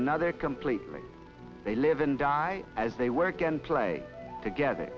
another completely they live and die as they work and play together